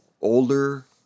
older